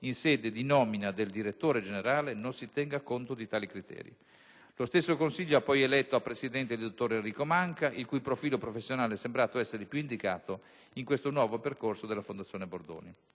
in sede di nomina del direttore generale, non si tenga conto di tali criteri. Lo stesso consiglio ha poi eletto a presidente il dottor Enrico Manca, il cui profilo professionale è sembrato essere il più indicato in questo nuovo percorso della Fondazione Bordoni.